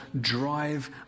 drive